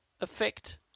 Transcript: effect